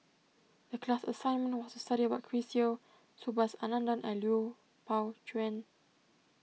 the class assignment was to study about Chris Yeo Subhas Anandan and Liu Pao Chuen